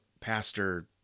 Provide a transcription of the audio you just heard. pastor